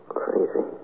crazy